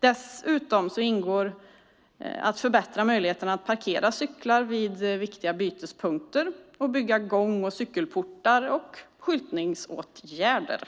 Dessutom ingår att förbättra möjligheterna att parkera cyklar vid viktiga bytespunkter och bygga gång och cykelportar samt skyltningsåtgärder.